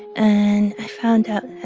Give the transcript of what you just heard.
and i found out i